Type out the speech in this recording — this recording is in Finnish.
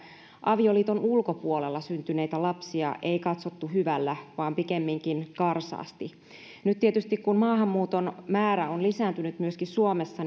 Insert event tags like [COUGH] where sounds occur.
avioliiton ulkopuolella syntyneitä lapsia ei katsottu hyvällä vaan pikemminkin karsaasti nyt tietysti kun maahanmuuton määrä on lisääntynyt myöskin suomessa [UNINTELLIGIBLE]